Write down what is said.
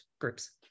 groups